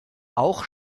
auch